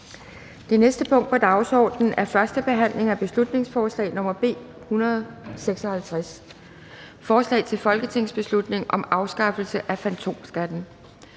Det næste punkt på dagsordenen er: 12) 1. behandling af beslutningsforslag nr. B 82: Forslag til folketingsbeslutning om at sikre kommunal